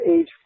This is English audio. age